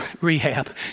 Rehab